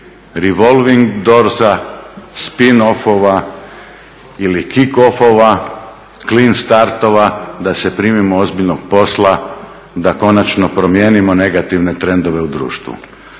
revolving doorsa, spin offova ili kick offova, clean startova da se primimo ozbiljnog posla da konačno promijenimo negativne trendove u društvu.